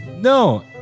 No